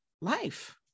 life